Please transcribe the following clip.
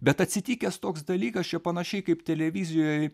bet atsitikęs toks dalykas čia panašiai kaip televizijoj